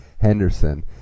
Henderson